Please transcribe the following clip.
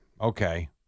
okay